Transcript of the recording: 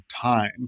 time